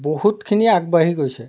বহুতখিনি আগবাঢ়ি গৈছে